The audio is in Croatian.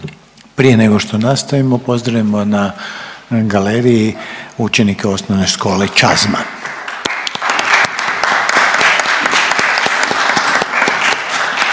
Prije nego to nastavimo, pozdravimo na galeriji učenike Osnovne škole Čazma.